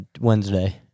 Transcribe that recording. Wednesday